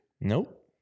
nope